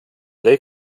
lake